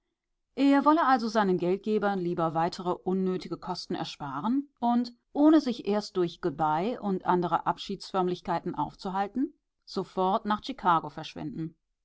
er wolle also seinen geldgebern lieber weitere unnötige kosten ersparen und ohne sich erst durch good bye und andere abschiedsförmlichkeiten aufzuhalten sofort nach chikago verschwinden